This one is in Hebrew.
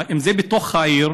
אם זה בתוך העיר,